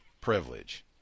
privilege